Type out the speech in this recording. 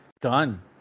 done